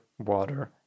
water